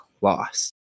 lost